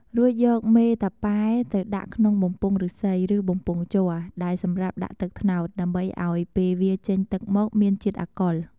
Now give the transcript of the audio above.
រួចយកមេតាប៉ែទៅដាក់ក្នុងបំពង់ឬស្សី ឬបំពង់ជ័រ ដែលសម្រាប់ដាក់ទឹកត្នោត ដើម្បីឱ្យពេលវាចេញទឹកមកមានជាតិអាកុល។